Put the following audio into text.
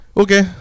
okay